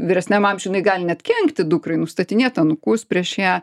vyresniam amžiuj jinai gali net kenkti dukrai nustatinėt anūkus prieš ją